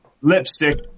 Lipstick